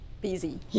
busy